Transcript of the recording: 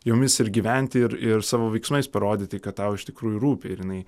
jomis ir gyventi ir ir savo veiksmais parodyti kad tau iš tikrųjų rūpi ir jinai